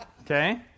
Okay